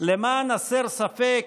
למען הסר ספק,